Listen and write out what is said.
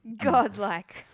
Godlike